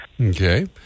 okay